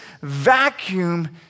vacuum